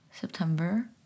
September